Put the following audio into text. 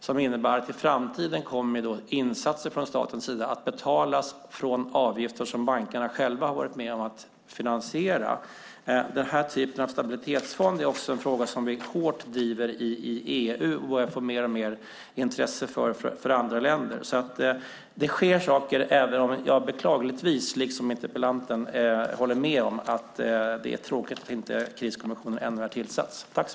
Det innebär att i framtiden kommer insatser från statens sida att betalas från avgifter som bankerna själva har varit med och finansierat. Den typen av stabilitetsfond är något som vi driver hårt i EU, och det får alltmer intresse för andra länder. Det sker saker, även om jag beklagligtvis måste hålla med interpellanten om att det är tråkigt att kriskommissionen ännu har tillsatts.